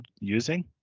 using